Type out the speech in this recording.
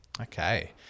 Okay